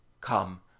Come